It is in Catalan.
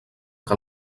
que